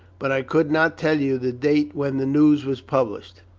but i could not tell you the date when the news was published.